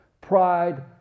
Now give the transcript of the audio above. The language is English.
pride